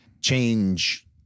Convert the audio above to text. change